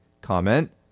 Comment